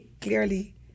clearly